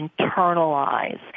internalize